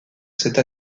cette